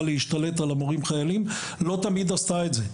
להתמודד עם המורים החיילים לא תמיד עשתה את זה.